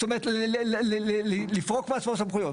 זאת אומרת לפרוק מעצמו סמכויות.